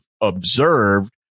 observed